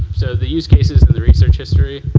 so the use cases and the research history.